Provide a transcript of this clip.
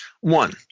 One